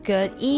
Good